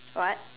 what